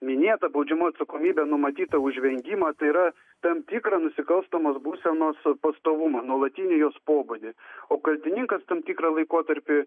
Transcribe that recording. minėta baudžiamoji atsakomybė numatyta už vengimą tai yra tam tikrą nusikalstamos būsenos pastovumą nuolatinį jos pobūdį o kaltininkas tam tikrą laikotarpį